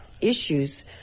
issues